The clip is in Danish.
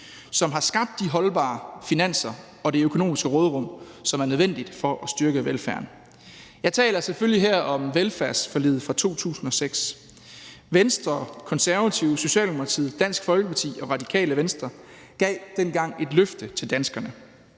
som har skabt de holdbare finanser og det økonomiske råderum, som er nødvendige for at styrke velfærden. Jeg taler selvfølgelig her om velfærdsforliget fra 2006. Venstre, Konservative, Socialdemokratiet, Dansk Folkeparti og Radikale Venstre gav dengang et løfte til danskerne: